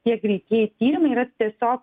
tie greitieji tyrimai yra tiesiog